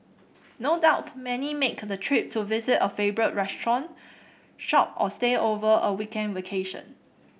no doubt many make the trip to visit a favourite restaurant shop or stay over a weekend vacation